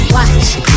Watch